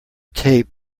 tape